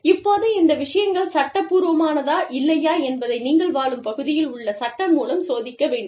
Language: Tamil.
இப்போது இந்த விஷயங்கள் சட்டப்பூர்வமானதா இல்லையா என்பதை நீங்கள் வாழும் பகுதியில் உள்ள சட்டம் மூலம் சோதிக்க வேண்டும்